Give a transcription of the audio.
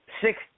six